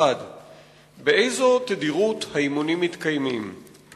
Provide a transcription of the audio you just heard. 1. באיזו תדירות מתקיימים האימונים?